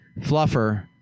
Fluffer